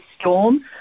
Storm